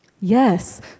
Yes